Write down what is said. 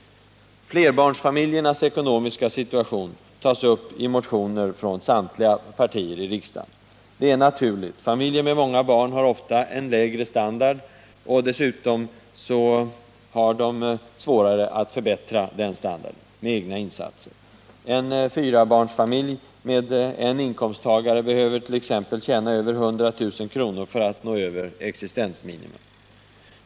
Flerbarnsfamiljernas ekonomiska situation tas upp i motioner från samtliga partier i riksdagen. Det är naturligt. Familjer med många barn har ofta lägre standard. Dessutom har de svårare att förbättra denna standard med egna insatser. En fyrabarnsfamilj med en inkomsttagare behöver t.ex. tjäna över 100 000 kr. för att nå över existensminimum.